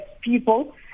people